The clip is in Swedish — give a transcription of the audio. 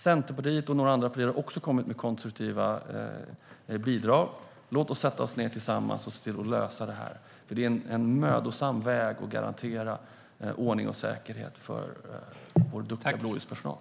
Centerpartiet och några andra har också kommit med konstruktiva bidrag. Låt oss sätta oss ned tillsammans för att lösa det här. Det är en mödosam väg att garantera ordning och säkerhet för blåljuspersonal.